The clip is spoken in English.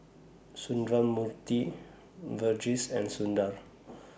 Sundramoorthy Verghese and Sundar